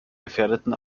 gefährdeten